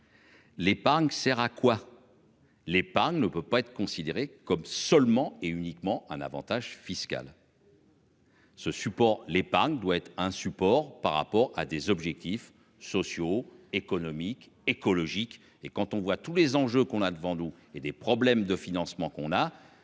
L'épargne sert à quoi. L'épargne ne peut pas être considéré comme seulement et uniquement un Avantage fiscal. Ce support l'épargne doit être un support par rapport à des objectifs sociaux, économiques, écologiques et quand on voit tous les enjeux qu'on a devant nous et des problèmes de financement qu'on a